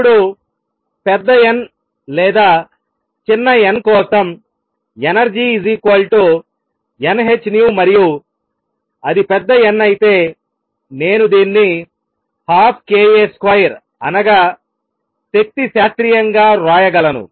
ఇప్పుడు పెద్ద n లేదా చిన్న n కోసం ఎనర్జీ n h nu మరియు అది పెద్ద n అయితే నేను దీన్ని ½ k A2 అనగా శక్తి శాస్త్రీయంగా వ్రాయగలను